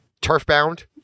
turf-bound